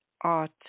Art